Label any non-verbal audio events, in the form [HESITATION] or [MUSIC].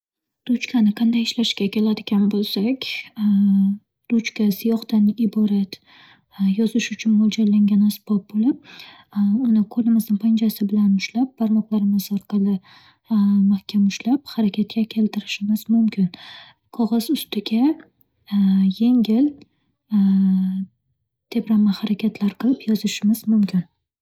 Ruchkani qanday ishlashiga keladigan bo'lsak, [HESITATION] ruchka siyohdan iborat yozish uchun mo'ljallangan asbob bo'lib, uni qo'limizni panjasi bilan ushlab, [NOISE] barmoqlarimiz orqali [HESITATION] mahkam ushlab, harakatga keltirishimiz mumkin. Qog'oz ustiga yengil [HESITATION] tebranma harakatlar qilib, yozishimiz mumkin.